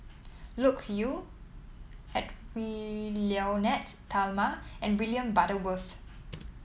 Loke Yew Edwy Lyonet Talma and William Butterworth